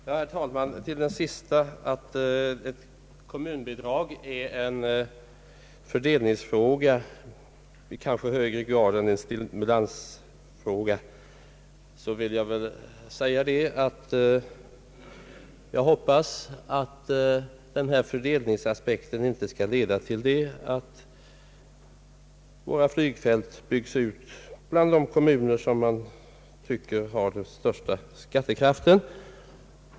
Herr talman! Till det sista påståendet att kommunbidragen är en fördelningsfråga snarare än en stimulansfråga vill jag säga att jag hoppas att fördelningsaspekten inte skall leda till att våra flygfält byggs ut bland de kommuner som man tycker har den största skattekraften.